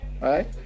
right